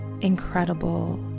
incredible